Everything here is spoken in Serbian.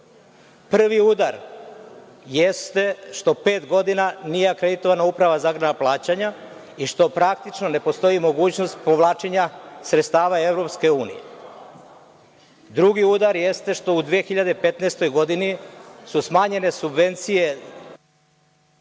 udar jeste što pet godina nije akreditovana uprava za agrarna plaćanja i što praktično ne postoji mogućnost povlačenja sredstava EU. Drugi udar jeste što su u 2015. godini smanjene subvencije…(Isključen